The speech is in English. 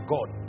God